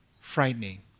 frightening